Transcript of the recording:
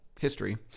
history